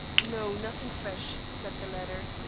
no, nothing fresh, said the latter,